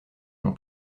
mon